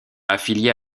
affilié